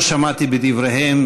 לא שמעתי בדבריהם